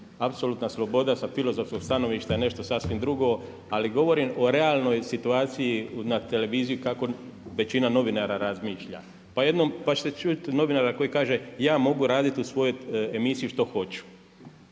Apsolutna sloboda sa filozofskog stanovišta je nešto sasvim drugo, ali govorim o realnoj situaciji na televiziji kako većina novinara razmišlja. Pa ćete čuti novinara koji kaže ja mogu raditi u svojoj emisiji što hoću,